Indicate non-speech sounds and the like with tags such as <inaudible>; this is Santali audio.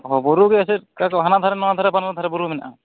ᱚᱻ ᱵᱩᱨᱩ ᱨᱮᱭᱟᱜ ᱪᱮᱫ <unintelligible> ᱦᱟᱱᱟᱫᱷᱟᱨᱮ ᱱᱷᱟᱣᱟ ᱫᱷᱟᱨᱮ ᱵᱟᱱᱟᱨ ᱫᱷᱟᱨᱮ ᱵᱩᱨᱩ ᱢᱮᱱᱟᱜᱼᱟ